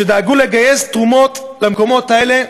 שדאגו לגייס תרומות למקומות האלה,